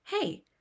Hey